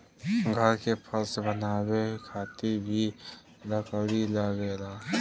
घर के फर्श बनावे खातिर भी इ लकड़ी लगेला